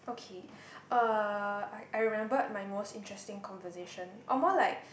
uh I I remembered my most interesting conversation or more like